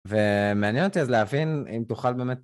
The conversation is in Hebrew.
ומעניין אותי אז להבין אם תוכל באמת...